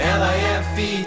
life